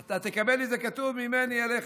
אתה תקבל את זה כתוב, ממני אליך.